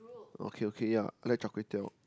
okay okay ya I like char-kway-teow